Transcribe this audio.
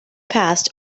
past